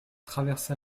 traversa